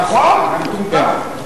נכון, אני מטומטם.